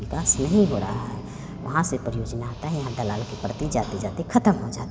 विकास नहीं हो रहा है वहाँ से परियोजना आती है यहाँ दलाल के प्रति जाते जाते ख़त्म हो जाती है